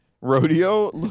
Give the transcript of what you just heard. Rodeo